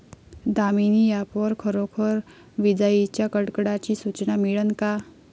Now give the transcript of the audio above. Damini app वर खरोखर विजाइच्या कडकडाटाची सूचना मिळन का?